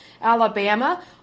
Alabama